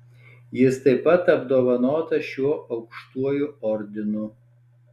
jis taip pat apdovanotas šiuo aukštuoju ordinu